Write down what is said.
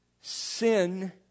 Sin